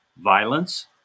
violence